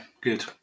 good